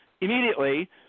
immediately